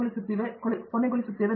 ದೀಪಾ ವೆಂಕಟೇಶ್ ಹೌದು